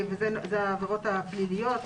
וזה העבירות הפליליות,